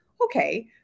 Okay